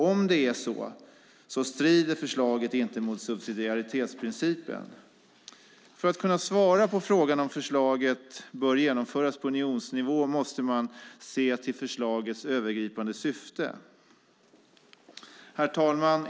Om det är så strider förslaget inte mot subsidiaritetsprincipen. För att kunna svara på frågan om förslaget bör genomföras på unionsnivå måste man se till förslagets övergripande syfte. Herr talman!